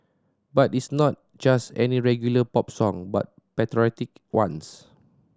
but it's not just any regular pop song but patriotic ones